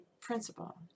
principle